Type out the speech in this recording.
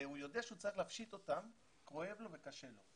והוא יודע שהוא צריך להפשיט אותן כואב לו וקשה לו.